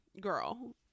girl